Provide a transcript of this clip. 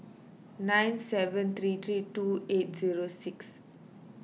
nine seven three three two eight zero six